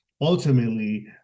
ultimately